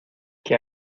que